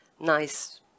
nice